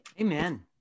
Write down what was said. Amen